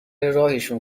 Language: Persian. راهشون